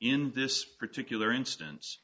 in this particular instance